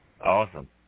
Awesome